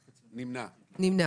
נמנע.